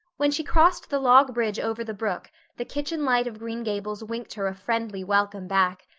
when she crossed the log bridge over the brook the kitchen light of green gables winked her a friendly welcome back,